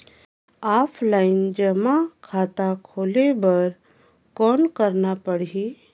Offline जमा खाता खोले बर कौन करना पड़ही?